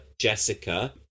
Jessica